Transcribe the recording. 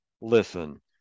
Listen